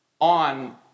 on